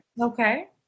Okay